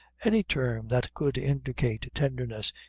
any term that could indicate tenderness,